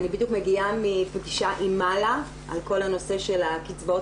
אני בדיוק מגיעה מפגישה עם מל"ה על כל הנושא של הקצבאות